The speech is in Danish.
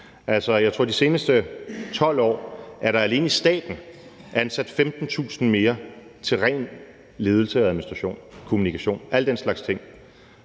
tror, at der de seneste 12 år alene i staten er blevet ansat 15.000 mere til ren ledelse, administration, kommunikation og alle den slags ting.